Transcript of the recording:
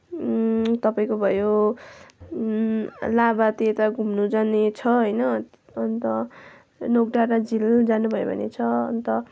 तपाईँको भयो लाभातिर त घुम्नु जाने छ होइन अन्त नोक डाँडा झिल जानुभयो भने छ अन्त